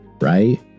right